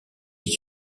qui